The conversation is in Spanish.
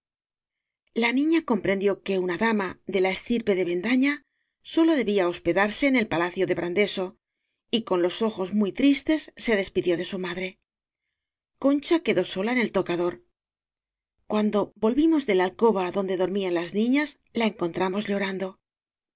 la niña comprendió que una dama de la estirpe de bendaña sólo debía hospedarse en el palacio de brandeso y con los ojos muy tristes se despidió de su madre concha que dó sola en el tocador cuando volvimos de la alcoba donde dormían las niñas la en contramos llorando